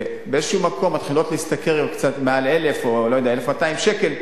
ובאיזה מקום מתחילות להשתכר קצת מעל 1,000 או 1,200 שקל,